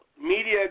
media